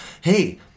hey